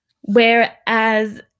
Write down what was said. Whereas